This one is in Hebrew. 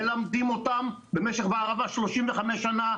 מלמדים אותם בערבה במשך 35 שנה,